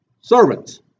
Servants